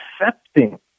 accepting